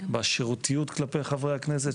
בשירותיות כלפי חברי הכנסת,